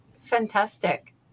Fantastic